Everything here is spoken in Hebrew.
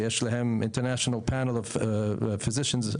שיש להן איגודי רופאים בין-לאומיים,